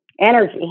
energy